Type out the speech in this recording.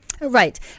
Right